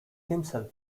himself